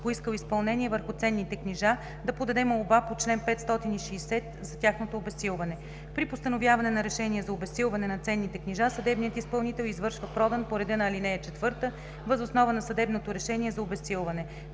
поискал изпълнение върху ценните книжа, да подаде молба по чл. 560 за тяхното обезсилване. При постановяване на решение за обезсилване на ценните книжа, съдебният изпълнител извършва продан по реда на ал. 4 въз основа на съдебното решение за обезсилване.